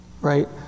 Right